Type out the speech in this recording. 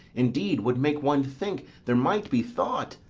indeed would make one think there might be thought,